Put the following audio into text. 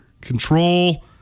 control